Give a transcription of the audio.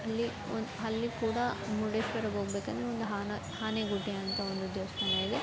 ಅಲ್ಲಿ ಒಂದು ಹಲ್ಲಿ ಕೂಡ ಮುರ್ಡೇಶ್ವರಕ್ಕೆ ಹೋಗ್ಬೇಕಾದ್ರೆ ಒಂದು ಹಾನ ಆನೆಗುಡ್ಡೆ ಅಂತ ಒಂದು ದೇವಸ್ಥಾನ ಇದೆ